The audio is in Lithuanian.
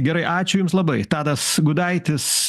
gerai ačiū jums labai tadas gudaitis